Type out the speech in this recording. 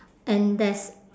and there's